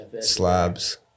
slabs